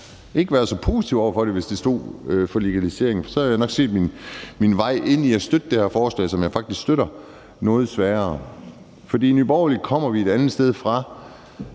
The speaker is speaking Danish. ikke været så positive over for det, hvis der stod, at det var en legalisering, for så havde jeg nok set min vej ind i at støtte det her forslag, som jeg faktisk støtter, noget sværere, for i Nye Borgerlige kommer vi et andet sted fra.